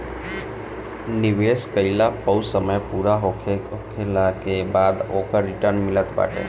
निवेश कईला पअ समय पूरा होखला के बाद ओकर रिटर्न मिलत बाटे